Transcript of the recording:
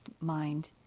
mind